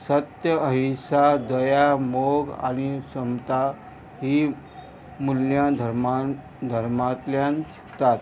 सत्य अहिंसा दया मोग आनी समता ही मूल्य धर्मान धर्मांतल्यान शिकतात